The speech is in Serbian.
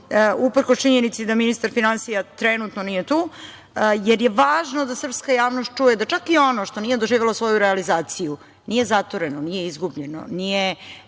uprkos činjenici da ministar finansija trenutno nije tu, jer je važno da srpska javnost čuje da čak i ono što nije doživelo svoju realizaciju, nije zatureno, nije izgubljeno, nije